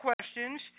questions